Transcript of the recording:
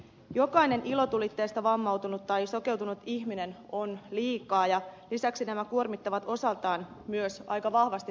jokainen ilotulitteesta vammautunut tai sokeutunut ihminen on liikaa ja lisäksi nämä kuormittavat osaltaan myös aika vahvasti terveydenhuoltoa